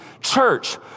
Church